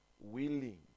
willing